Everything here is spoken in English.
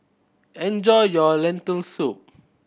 enjoy your Lentil Soup